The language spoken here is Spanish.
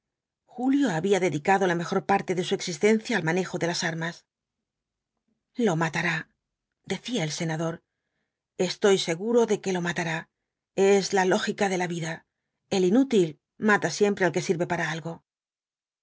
julio había dedicado la mejor parte de su existencia al manejo de las armas lo matará decía el senador estoy seguro de que lo matará es la lógica de la vida el inútil mata siempre al que sirve para algo